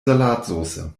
salatsoße